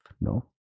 No